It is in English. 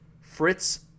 Fritz